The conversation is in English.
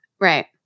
Right